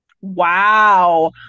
Wow